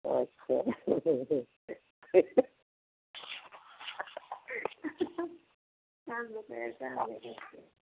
अच्छा